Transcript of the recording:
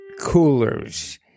coolers